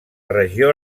regió